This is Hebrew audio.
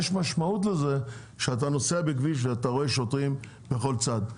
יש משמעות לזה שאתה נוסע בכביש ואתה רואה שוטרים בכל צד.